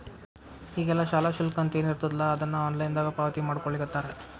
ಈಗೆಲ್ಲಾ ಶಾಲಾ ಶುಲ್ಕ ಅಂತೇನಿರ್ತದಲಾ ಅದನ್ನ ಆನ್ಲೈನ್ ದಾಗ ಪಾವತಿಮಾಡ್ಕೊಳ್ಳಿಖತ್ತಾರ